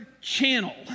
channel